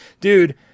dude